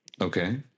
Okay